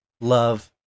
love